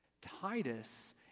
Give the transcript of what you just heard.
Titus